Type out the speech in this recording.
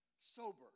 sober